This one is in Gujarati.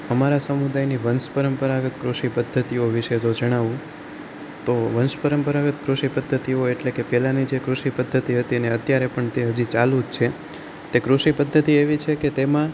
અમારા સમુદાયની વંશ પરંપરાગત કૃષિ પદ્ધતિઓ વિષે જો જણાવું તો વંશ પરંપરાગત કૃષિ પદ્ધતિઓ એટલે કે પહેલાંની જે કૃષિ પદ્ધતિ હતી અને અત્યારે પણ તે હજી ચાલું જ છે તે કૃષિ પદ્ધતિ એવી છે કે તેમાં